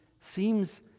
seems